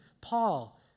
Paul